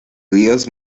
ríos